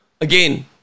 again